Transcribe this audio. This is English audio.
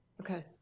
Okay